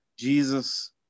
Jesus